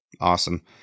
Awesome